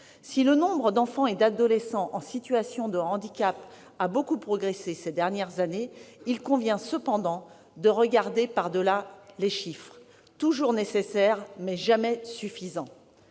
Si le nombre d'enfants et d'adolescents en situation de handicap a beaucoup progressé au cours des dernières années, il convient toutefois de regarder par-delà les chiffres, toujours nécessaires, mais jamais suffisants.